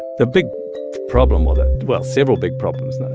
the big problem with it well, several big problems.